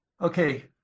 Okay